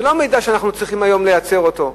זה לא מידע שאנחנו צריכים היום לייצר אותו.